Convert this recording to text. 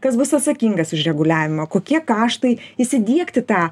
kas bus atsakingas už reguliavimą kokie kaštai įsidiegti tą